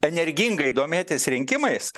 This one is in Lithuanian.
energingai domėtis rinkimais